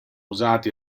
usati